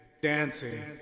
dancing